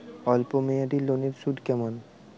অল্প মেয়াদি লোনের সুদ কেমন?